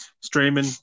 Streaming